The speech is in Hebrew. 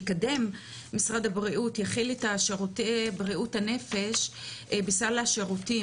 שיקדם שיכיל את שירותי בריאות הנפש בסל השירותים